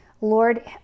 Lord